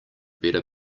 better